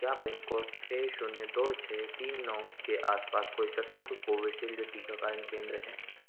क्या pin code छः शून्य दो छः तीन नौ के आस पास कोई सशुल्क कोविशील्ड टीकाकरण केंद्र है